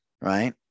Right